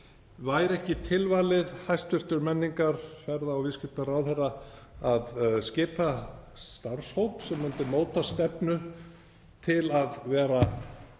Væri ekki tilvalið, hæstv. menningar- og viðskiptaráðherra, að skipa starfshóp sem myndi móta stefnu til að vera